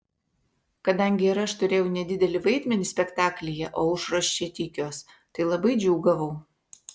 kadangi ir aš turėjau nedidelį vaidmenį spektaklyje o aušros čia tykios tai labai džiūgavau